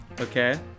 okay